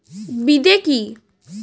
বিদে কি?